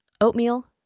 oatmeal